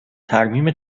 ترمیم